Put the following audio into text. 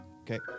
Okay